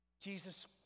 Jesus